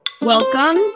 Welcome